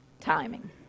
timing